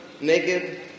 naked